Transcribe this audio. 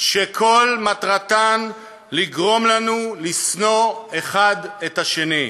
שכל מטרתן לגרום לנו לשנוא אחד את השני,